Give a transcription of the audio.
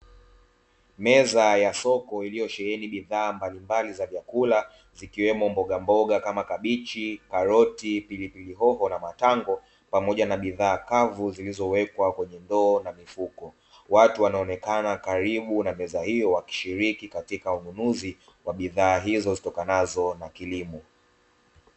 Meza ya soko iliyosheheni bidhaa mbalimbali za vyakula, zikiwemo: mbogamboga kama kabichi, karoti, pilipili hoho na matango pamoja na bidhaa kavu zilizowekwa kwenye ndoo na mifuko. Watu wanaonekana karibu na meza hiyo, wakishiriki katika ununuzi wa bidhaa hizo zitokanazo na kilimo.